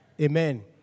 Amen